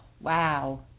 wow